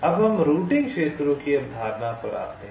अब हम रूटिंग क्षेत्रों की अवधारणा पर आते हैं